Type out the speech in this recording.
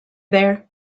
there